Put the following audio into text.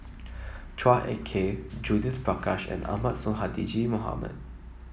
Chua Ek Kay Judith Prakash and Ahmad Sonhadji Mohamad